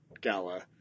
gala